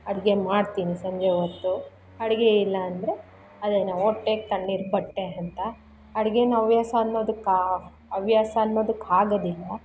ಅಡಿಗೆ ಮಾಡ್ತೀನಿ ಸಂಜೆ ಹೊತ್ತು ಅಡಿಗೆ ಇಲ್ಲ ಅಂದರೆ ಅದೇನೋ ಹೊಟ್ಟೆಗೆ ತಣ್ಣೀರು ಬಟ್ಟೆ ಅಂತ ಅಡಿಗೆನ ಹವ್ಯಾಸ ಅನ್ನೋದಕ್ಕೆ ಹವ್ಯಾಸ ಅನ್ನೋದಕ್ಹಾಗೋದಿಲ್ಲ